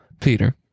Peter